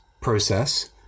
process